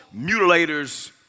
mutilators